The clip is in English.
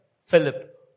Philip